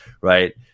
Right